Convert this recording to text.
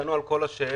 ענו על כל השאלות,